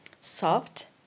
soft